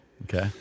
Okay